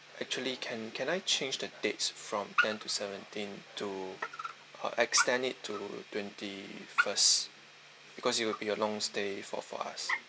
actually can can I change the dates from ten to seventeen to uh extend it to twenty first because it will be a long stay for for us